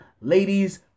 Ladies